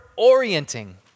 orienting